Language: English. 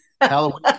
halloween